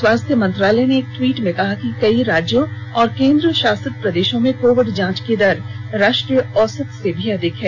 स्वास्थ्य मंत्रालय ने एक ट्वीट में कहा कि कई राज्यों और केंद्र शासित प्रदेशों में कोविड जांच की दर राष्ट्रीय औसत से भी अधिक है